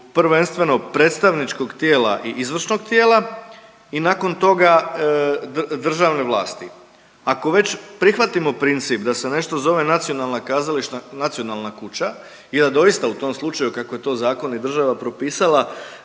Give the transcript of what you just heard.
prvenstveno predstavničkog tijela i izvršnog tijela i nakon toga državne vlasti. Ako već prihvatimo princip da se nešto zove nacionalna kuća i da doista u tom slučaju kako je to zakon i država propisala